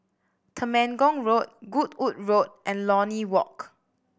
Temenggong Road Goodwood Road and Lornie Walk